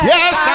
Yes